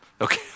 Okay